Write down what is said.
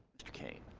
mr. kane.